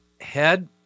head